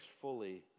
fully